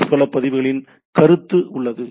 S வள பதிவுகளின் கருத்து உள்ளது